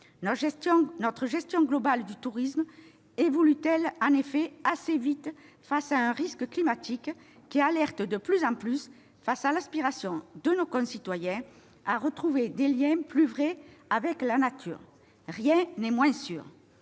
Notre gestion globale du tourisme évolue-t-elle assez vite face à un risque climatique qui nous alerte de plus en plus, alors que nos concitoyens aspirent à retrouver des liens plus vrais avec la nature ? Rien n'est moins sûr